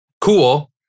cool